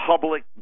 public